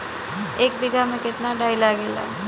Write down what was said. एक बिगहा में केतना डाई लागेला?